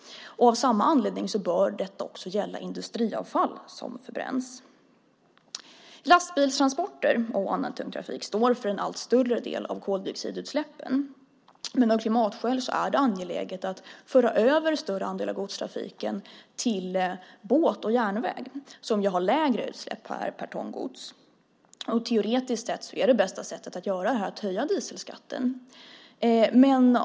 Av samma anledning bör detta också gälla industriavfall som förbränns. Lastbilstransporter och annan tung trafik står för en allt större del av koldioxidutsläppen. Av klimatskäl är det angeläget att föra över en större andel av godstrafiken till båt och järnväg som har lägre utsläpp per ton gods. Teoretiskt sett är det bästa sättet att göra det att höja dieselskatten.